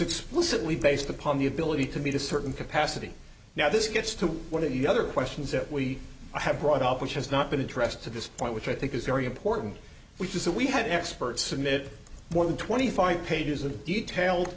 explicitly based upon the ability to meet a certain capacity now this gets to what are your other questions that we have brought up which has not been addressed at this point which i think is very important which is that we have experts submitted more than twenty five pages of detailed